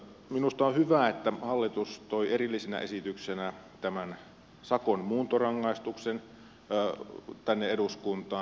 minusta on hyvä että hallitus toi erillisenä esityksenä tämän sakon muuntorangaistuksen tänne eduskuntaan